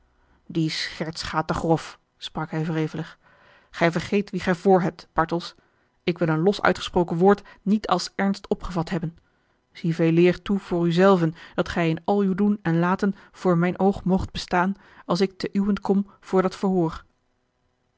die scherts gaat te grof sprak hij wrevelig gij vergeet wien ge voor hebt bartels ik wil een los uitgesproken woord niet als ernst opgevat hebben zie veeleer toe voor u zelven dat gij in al uw doen en laten voor mijn oog moogt bestaan als ik te uwent kom voor dat verhoor